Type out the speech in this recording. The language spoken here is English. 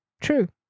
true